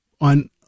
on